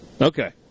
Okay